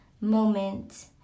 moment